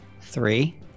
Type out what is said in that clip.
three